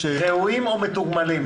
ראויים או מתוגמלים?